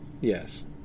Yes